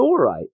Thorite